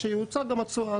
אז שיוצג גם שיעור התשואה,